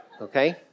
okay